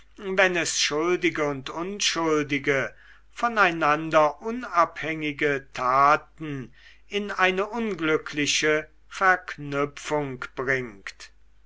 wenn es schuldige und unschuldige voneinander unabhängige taten in eine unglückliche verknüpfung bringt